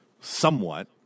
somewhat